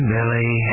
Billy